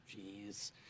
Jeez